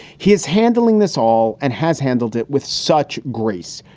he is handling this all and has handled it with such grace.